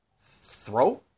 Throw